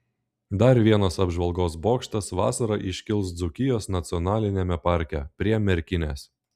dar vienas apžvalgos bokštas vasarą iškils dzūkijos nacionaliniame parke prie merkinės